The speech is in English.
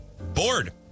bored